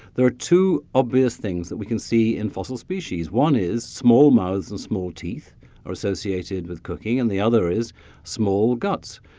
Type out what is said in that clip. there are two obvious things that we can see in fossil species. one is small mouths and small teeth are associated with cooking, and the other is small guts.